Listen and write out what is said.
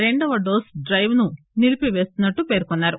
రెండో డోస్ డ్రెవ్ను నిలిపిపేస్తున్నట్టు పేర్కొన్నారు